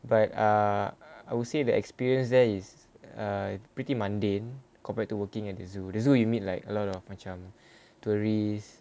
but err I would say the experience there is err pretty mundane compared to working at the zoo the zoo you meet like a lot of macam tourists